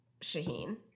Shaheen